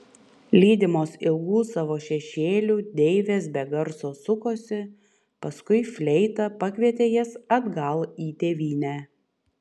lydimos ilgų savo šešėlių deivės be garso sukosi paskui fleita pakvietė jas atgal į tėvynę